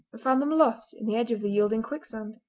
found them lost in the edge of the yielding quicksand.